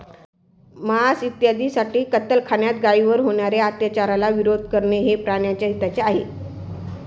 मांस इत्यादींसाठी कत्तलखान्यात गायींवर होणार्या अत्याचाराला विरोध करणे हे प्राण्याच्या हिताचे आहे